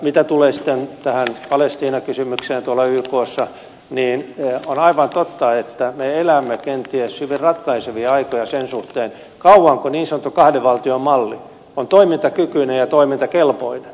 mitä tulee sitten tähän palestiina kysymykseen tuolla ykssa niin on aivan totta että me elämme kenties hyvin ratkaisevia aikoja sen suhteen kauanko niin sanottu kahden valtion malli on toimintakykyinen ja toimintakelpoinen